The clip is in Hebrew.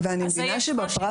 כפי